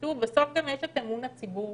בסוף יש את אמון הציבור